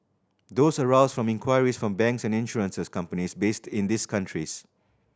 those arose from inquiries from banks and insurances companies based in these countries